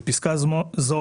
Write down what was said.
בפסקה זו,